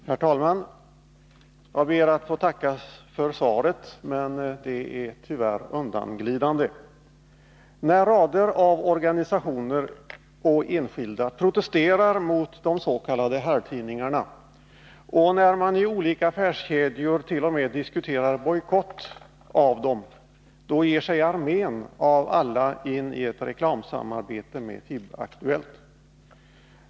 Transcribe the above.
Herr talman! Jag ber att få tacka för svaret, men det var tyvärr undanglidande. När rader av organisationer och enskilda protesterar mot de s.k. herrtidningarna och man i olika affärskedjor t.o.m. diskuterar bojkott av dem ger sig armén av alla in i ett reklamsamarbete med FIB-Aktuellt.